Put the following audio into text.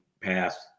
passed